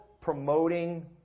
promoting